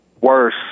worse